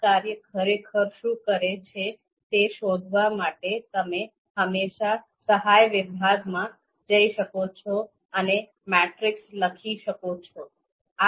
આ કાર્ય ખરેખર શું કરે છે તે શોધવા માટે તમે હંમેશા સહાય વિભાગમાં જઈ શકો છો અને મેટ્રિક્સ લખી શકો છો